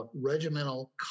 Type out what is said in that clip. Regimental